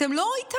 אתם לא איתנו.